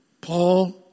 Paul